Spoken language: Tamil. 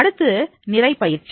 அடுத்து நிறை பயிற்சி